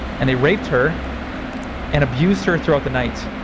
and they raped her and abused her throughout the night,